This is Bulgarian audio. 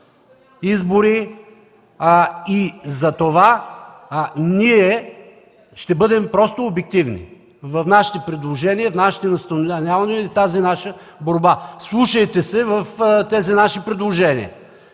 Цачева.) Затова ние ще бъдем просто обективни в нашите предложения, в нашите настоявания и в тази наша борба. Вслушайте се в тези наши предложения.